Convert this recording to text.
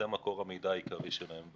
זה מקור המידע העיקרי שלהם.